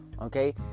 okay